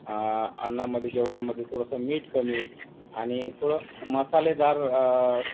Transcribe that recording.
अन्नामध्ये जेवणामध्ये थोडंसं मीठ कमी आणि थोडं मसालेदार